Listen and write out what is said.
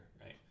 right